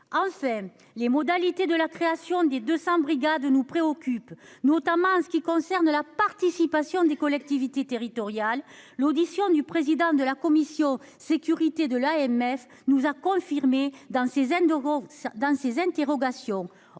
offert les modalités de la création des 200 brigade nous préoccupe notamment en ce qui concerne la participation des collectivités territoriales, l'audition du président de la commission sécurité de l'AMF, nous a confirmé, dans ses haines dans